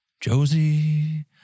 Josie